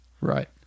Right